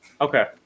Okay